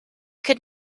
could